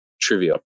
trivial